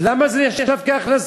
למה זה נחשב כהכנסה?